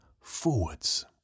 forwards